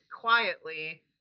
quietly